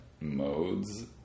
modes